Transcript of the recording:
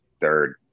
third